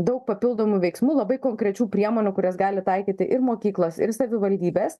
daug papildomų veiksmų labai konkrečių priemonių kurias gali taikyti ir mokyklos ir savivaldybės